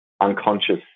unconscious